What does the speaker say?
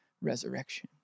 resurrection